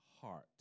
heart